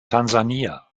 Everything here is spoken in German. tansania